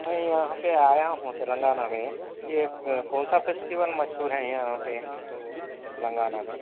میں یہاں پر آیا ہوں تلنگانہ میں یہ کونسا فیسٹول مشہور ہے یہاں پہ تلنگانہ میں